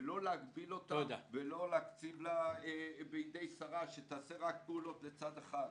ולא להגביל אותה ולא לשים אותה בידי שרה שתעשה רק פעולות לצד אחד.